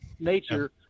nature